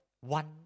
one